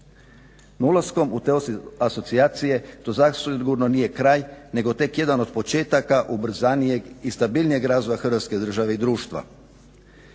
No, ulaskom u te asocijacije to zasigurno nije kraj nego tek jedan od početaka ubrzanijeg i stabilnijeg razvoja Hrvatske države i društva.